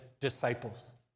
disciples